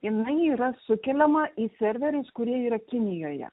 jinai yra sukeliama į serverius kurie yra kinijoje